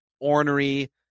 ornery